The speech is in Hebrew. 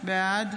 בעד